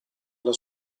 alla